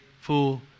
fool